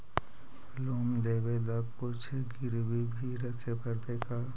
Loan लेबे ल कुछ गिरबी भी रखे पड़तै का?